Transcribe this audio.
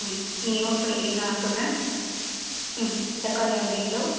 ம் நீங்கள் நோட் பண்ணிக்கிறீங்களா நான் சொல்கிறேன் ம் தக்காளி அஞ்சு கிலோ